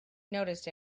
noticed